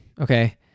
okay